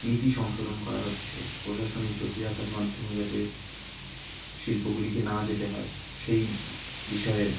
নীতি সংশোধন করা হচ্ছে প্রশাসনিক জটিলতার মাধ্যমে যাতে শিল্পগুলিকে না যেতে হয় সেই বিষয়ে